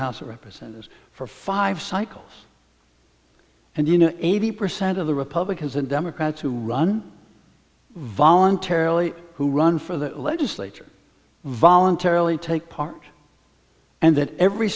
house of representatives for five cycles and you know eighty percent of the republicans and democrats who run voluntarily who run for the legislature voluntarily take part and that every